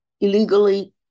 illegally